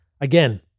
Again